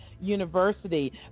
university